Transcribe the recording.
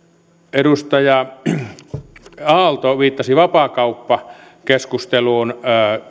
edustaja aalto viittasi vapaakauppakeskusteluun